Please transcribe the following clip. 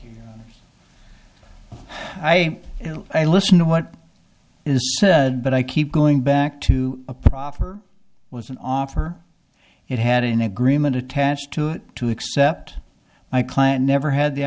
sutton i i listen to what is said but i keep going back to a proffer was an offer it had an agreement attached to it to accept my client never had the